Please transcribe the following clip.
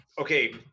Okay